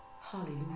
Hallelujah